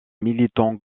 militants